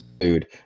food